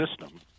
system